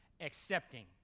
Accepting